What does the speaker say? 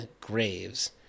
Graves